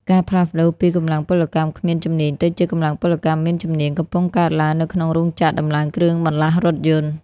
ការផ្លាស់ប្តូរពី "កម្លាំងពលកម្មគ្មានជំនាញ" ទៅជា "កម្លាំងពលកម្មមានជំនាញ" កំពុងកើតឡើងនៅក្នុងរោងចក្រដំឡើងគ្រឿងបន្លាស់រថយន្ត។